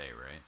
right